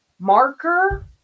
Marker